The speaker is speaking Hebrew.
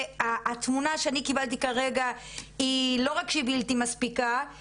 התמונה שאני קיבלתי כרגע לא רק שהיא בלתי מספיקה,